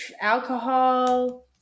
alcohol